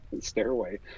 stairway